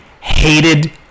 hated